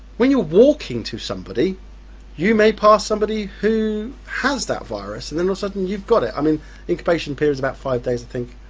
when you're walking to somebody you may pass somebody who has that virus and then all sudden you've got it. i mean incubation period is about five days i think,